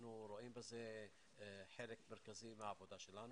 אנחנו רואים בזה חלק מרכזי בעבודה שלנו.